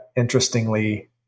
interestingly